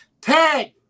Tag